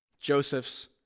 Joseph's